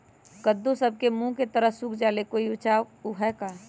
कददु सब के मुँह के तरह से सुख जाले कोई बचाव है का?